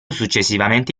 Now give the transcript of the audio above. successivamente